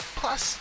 plus